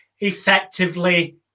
effectively